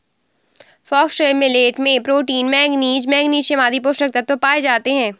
foxtail millet में protein, manganese, magnesium आदि पोषक तत्व पाए जाते है